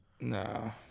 No